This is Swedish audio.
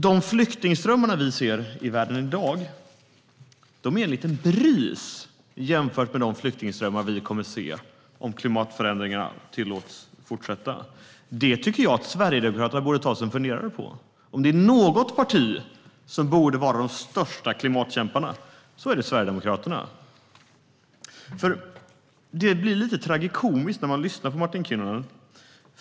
De flyktingströmmar som vi ser i världen i dag är en liten bris jämfört med de flyktingströmmar som vi kommer att se om klimatförändringarna tillåts fortsätta. Det tycker jag att Sverigedemokraterna borde ta sig en funderare på. Om det är något parti som borde vara de största klimatkämparna är det Sverigedemokraterna. Det blir lite tragikomiskt när man lyssnar på Martin Kinnunen.